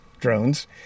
drones